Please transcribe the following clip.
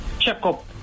checkup